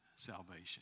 salvation